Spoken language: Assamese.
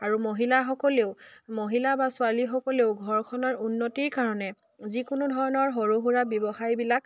আৰু মহিলাসকলেও মহিলা বা ছোৱালীসকলেও ঘৰখনৰ উন্নতিৰ কাৰণে যিকোনো ধৰণৰ সৰু সুৰা ব্যৱসায়বিলাক